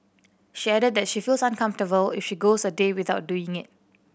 she added that she feels uncomfortable if she goes a day without doing it